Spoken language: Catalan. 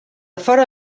fora